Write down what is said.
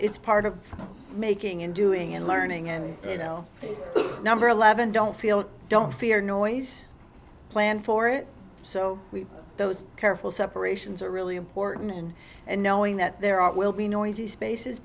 part of making and doing and learning and you know the number eleven don't feel don't fear noise plan for it so those careful separations are really important in and knowing that there are will be noisy spaces